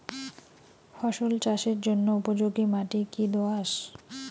ফসল চাষের জন্য উপযোগি মাটি কী দোআঁশ?